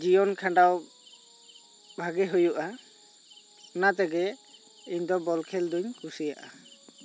ᱡᱤᱭᱚᱱ ᱠᱷᱟᱱᱰᱟᱣ ᱵᱷᱟᱹᱜᱤ ᱦᱩᱭᱩᱜ ᱟ ᱚᱱᱟ ᱛᱮᱜᱮ ᱤᱧ ᱫᱚ ᱵᱚᱞ ᱠᱷᱮᱞ ᱫᱚᱧ ᱠᱩᱥᱤᱭᱟᱜ ᱟ